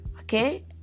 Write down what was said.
okay